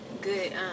good